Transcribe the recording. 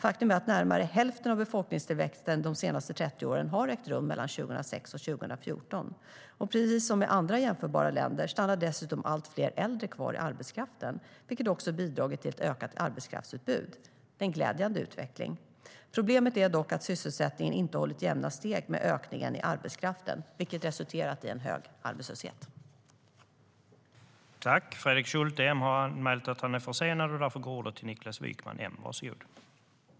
Faktum är att närmare hälften av befolkningstillväxten de senaste 30 åren har ägt rum mellan 2006 och 2014. Precis som i andra jämförbara länder stannar dessutom allt fler äldre kvar i arbetskraften, vilket också har bidragit till ett ökat arbetskraftsutbud. Det är en glädjande utveckling. Problemet är dock att sysselsättningen inte hållit jämna steg med ökningen i arbetskraften, vilket resulterat i en hög arbetslöshet.